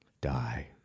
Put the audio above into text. die